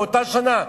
באותה שנה,